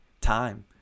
time